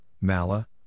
Mala